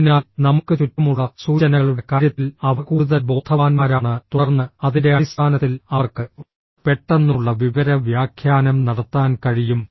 അതിനാൽ നമുക്ക് ചുറ്റുമുള്ള സൂചനകളുടെ കാര്യത്തിൽ അവ കൂടുതൽ ബോധവാന്മാരാണ് തുടർന്ന് അതിന്റെ അടിസ്ഥാനത്തിൽ അവർക്ക് പെട്ടെന്നുള്ള വിവര വ്യാഖ്യാനം നടത്താൻ കഴിയും